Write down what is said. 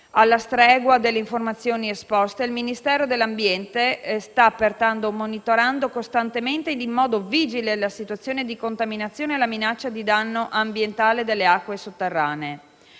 Alla stregua delle informazioni esposte, il Ministero dell'ambiente sta pertanto monitorando costantemente e in modo vigile la situazione di contaminazione e la minaccia di danno ambientale alle acque sotterranee.